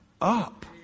up